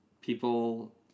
People